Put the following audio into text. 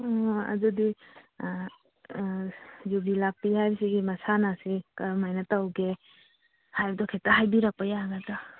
ꯑꯗꯨꯗꯤ ꯌꯨꯕꯤ ꯂꯥꯛꯄꯤ ꯍꯥꯏꯕꯁꯤꯒꯤ ꯃꯁꯥꯟꯅꯁꯤ ꯀꯔꯝ ꯍꯥꯏꯅ ꯇꯧꯒꯦ ꯍꯥꯏꯕꯗꯨ ꯈꯤꯇ ꯍꯥꯏꯕꯤꯔꯛꯄ ꯌꯥꯒꯗ꯭ꯔ